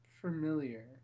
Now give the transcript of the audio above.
familiar